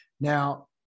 Now